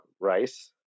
rice